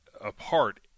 apart